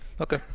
okay